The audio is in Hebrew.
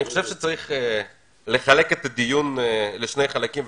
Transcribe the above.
אני חושב שיש לחלק את הדיון לשני חלקים: